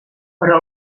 però